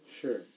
Sure